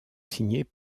signés